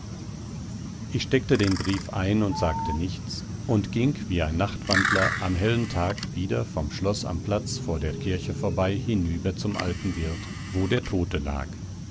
ich steckte den brief ein und sagte nichts und ging wie ein nachtwandler am hellen tag wieder vom schloß am platz vor der kirche vorbei hinüber zum alten wirt wo der tote lag